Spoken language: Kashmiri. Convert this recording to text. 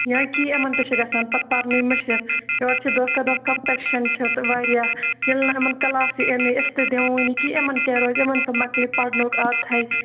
یا کیٚنٛہہ یِمَن تہِ چھُ گَژھان پَتہٕ پَرنُے مٔشِتھ یورٕ چھِ دۄہ کھوتہٕ دۄہ کَمپِٹشَن چھُ واریاہ ییٚلہِ نہٕ یِمن کلاسٕے أسۍ تہِ دِموٕے نہٕ کیٚنٛہہ یِمن کیٛاہ روزِ یِمَن تہِ مۅکلہِ پَرنُک عادتھٕے